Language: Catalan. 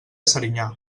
serinyà